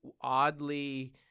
oddly